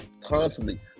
constantly